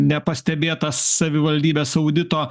nepastebėtas savivaldybės audito